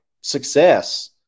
success